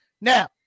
Now